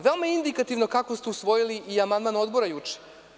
Veoma je indikativno kako ste usvojili i amandman odbora juče.